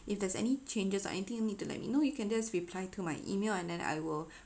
if there's any changes or anything you need to let me know you can just reply to my email and then I will